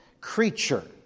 creature